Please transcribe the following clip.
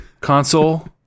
console